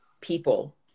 people